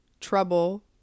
trouble